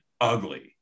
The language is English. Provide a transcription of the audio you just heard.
ugly